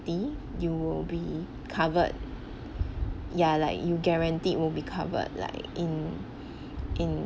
you will be covered ya like you guaranteed will be covered like in in